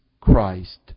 Christ